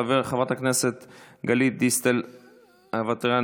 חברת הכנסת גלית דיסטל אטבריאן,